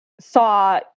saw